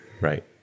Right